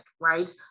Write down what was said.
right